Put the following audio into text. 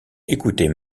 écoutait